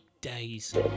days